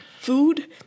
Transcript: food